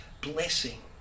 blessing